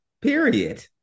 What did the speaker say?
period